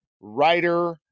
writer